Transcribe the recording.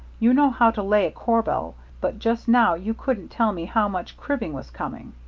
you know how to lay a corbel, but just now you couldn't tell me how much cribbing was coming.